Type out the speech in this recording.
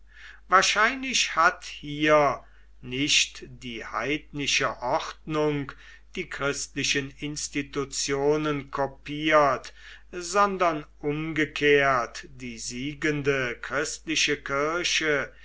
wahrscheinlich hat hier nicht die heidnische ordnung die christlichen institutionen kopiert sondern umgekehrt die siegende christliche kirche